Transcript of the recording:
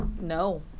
No